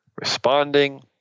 responding